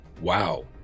Wow